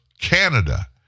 Canada